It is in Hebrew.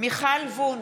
מיכל וונש,